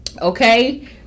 Okay